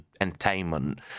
entertainment